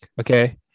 Okay